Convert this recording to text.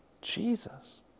Jesus